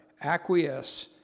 acquiesce